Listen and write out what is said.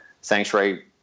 Sanctuary